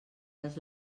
les